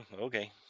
okay